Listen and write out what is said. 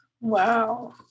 Wow